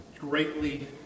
greatly